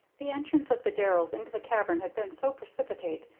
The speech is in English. the entrance of the darrell's into the cavern had been so precipitate,